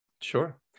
Sure